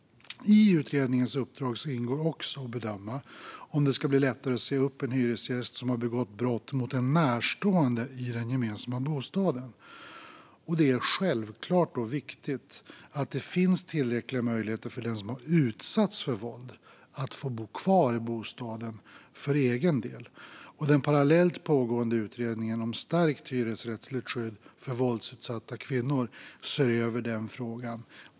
I utredningens uppdrag ingår också att bedöma om det ska bli lättare att säga upp en hyresgäst som har begått brott mot en närstående i den gemensamma bostaden. Det är självklart viktigt att det då finns tillräckliga möjligheter för den som har utsatts för våld att få bo kvar i bostaden för egen del. Den parallellt pågående utredningen om stärkt hyresrättslig skydd för våldsutsatta kvinnor ser över den frågan.